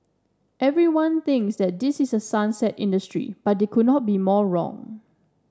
everyone thinks this is a sunset industry but they could not be more wrong